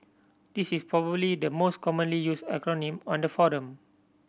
this is probably the most commonly used acronym on the forum